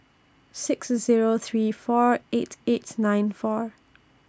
six Zero three four eight eight nine four